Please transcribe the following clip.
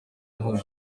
inkunga